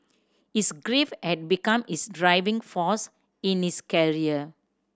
his grief had become his driving force in his career